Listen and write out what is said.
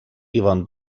іван